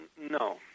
No